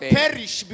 perish